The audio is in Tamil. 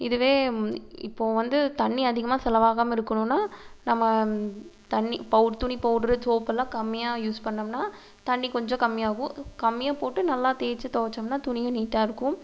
இதுவே இப்போது வந்து தண்ணி அதிகமாக செலவாகாமல் இருக்கணுனா நம்ம தண்ணி பௌ துணி பௌட்ரு சோப்பெல்லாம் கம்மியாக யூஸ் பண்ணிணோம்னா தண்ணி கொஞ்சம் கம்மியாகும் க் கம்மியாக போட்டு நல்லா தேய்ச்சு துவைச்சோம்னா துணியும் நீட்டாக இருக்கும்